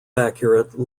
accurate